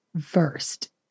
first